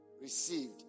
received